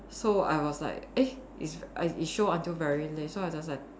so I was like eh it's uh it show until very late so I just like